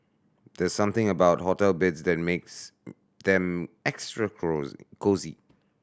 there's something about hotel beds that makes them extra cosy